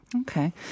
Okay